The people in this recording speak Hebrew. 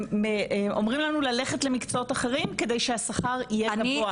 אומרים לנו ללכת למקצועות אחרים כדי שהשכר יהיה גבוה,